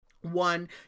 One